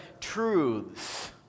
truths